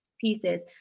pieces